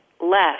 less